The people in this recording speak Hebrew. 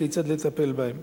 כיצד לטפל בהם.